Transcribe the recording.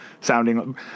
sounding –